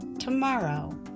tomorrow